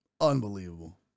Unbelievable